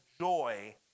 joy